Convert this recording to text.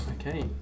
Okay